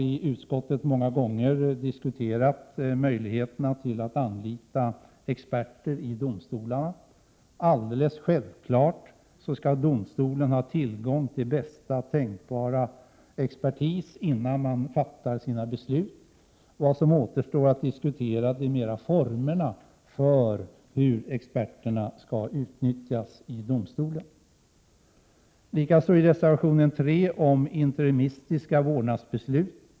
I utskottet har vi många gånger diskuterat möjligheterna att anlita experter i domstolarna. Helt självklart skall domstolen ha tillgång till bästa tänkbara expertis innan man fattar sina beslut. Vad som återstår att diskutera är mer formerna för hur experterna skall utnyttjas i domstolarna. I reservation 3 tar folkpartiet upp interimistiska vårdnadsbeslut.